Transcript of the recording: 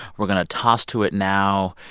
we're going to toss to it now.